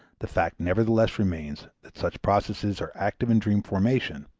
the fact nevertheless remains that such processes are active in dream formation,